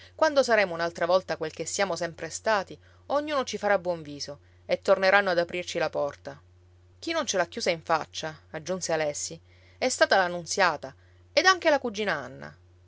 quando saremo un'altra volta quel che siamo sempre stati ognuno ci farà buon viso e torneranno ad aprirci la porta chi non ce l'ha chiusa in faccia aggiunse alessi è stata la nunziata ed anche la cugina anna